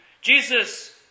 Jesus